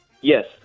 Yes